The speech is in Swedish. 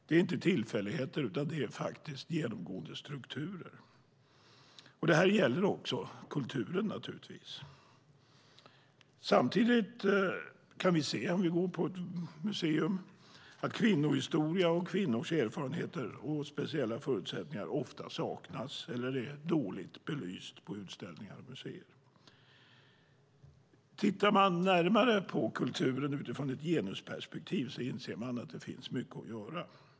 Det är inte tillfälligheter, utan det är faktiskt genomgående strukturer. Det gäller naturligtvis även kulturen. Vi kan se att kvinnohistoria och kvinnors erfarenheter och speciella förutsättningar ofta saknas eller är dåligt belysta i utställningar och på museer. När man tittar närmare på kulturen utifrån ett genusperspektiv inser man att det finns mycket kvar att göra.